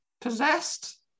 possessed